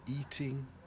eating